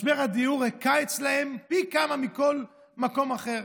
משבר הדיור היכה אצלם פי כמה מכל מקום אחר.